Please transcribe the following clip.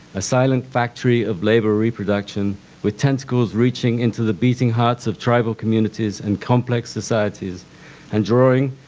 a silent factory of labor reproduction with tentacles reaching into the beating hearts of tribal communities and complex societies and drawing,